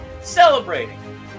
celebrating